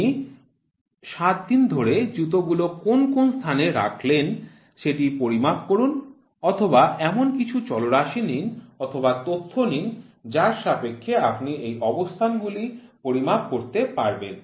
আপনি সাত দিন ধরে জুতোগুলো কোন কোন স্থানে রাখলেন সেটি পরিমাপ করুন অথবা এমন কিছু চলরাশি নিন অথবা তথ্য নিন যার সাপেক্ষে আপনি এই অবস্থানগুলি পরিমাপ করতে পারেন